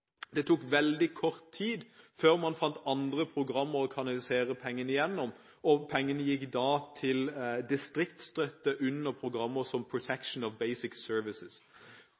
det tok veldig kort tid før man fant andre programmer å kanalisere pengene igjennom, og pengene gikk da til distriktsstøtte under programmer som «Protection of Basic Services».